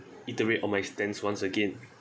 iterate on my stance once again